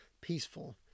peaceful